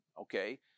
okay